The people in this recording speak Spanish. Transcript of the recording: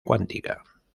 cuántica